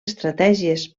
estratègies